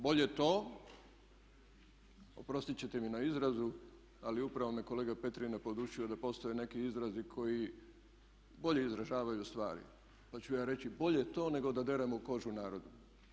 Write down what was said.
Bolje to, oprostit ćete mi na izrazu, ali upravo me kolega Petrina podučio da postoje neki izrazi koji bolje izražavaju stvari pa ću ja reći bolje to nego da deremo kožu narodu.